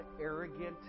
arrogant